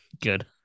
Good